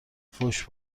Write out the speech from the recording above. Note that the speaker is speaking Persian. فحش